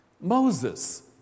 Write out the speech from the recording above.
Moses